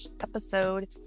episode